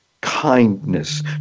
kindness